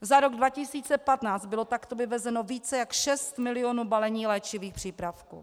Za rok 2015 bylo takto vyvezeno více jak šest milionů balení léčivých přípravků.